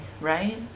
right